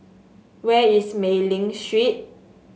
where is Mei Ling Street